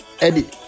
Eddie